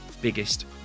biggest